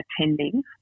attending